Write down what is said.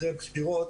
אחרי הבחירות,